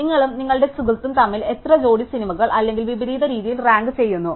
നിങ്ങളും നിങ്ങളുടെ സുഹൃത്തും തമ്മിൽ എത്ര ജോടി സിനിമകൾ അല്ലെങ്കിൽ വിപരീത രീതിയിൽ റാങ്ക് ചെയ്യുന്നു